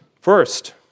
First